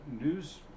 news